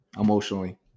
emotionally